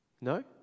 No